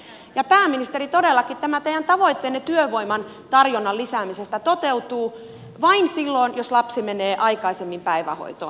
ja pääministeri todellakin tämä teidän tavoitteenne työvoiman tarjonnan lisäämisestä toteutuu vain silloin jos lapsi menee aikaisemmin päivähoitoon